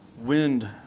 wind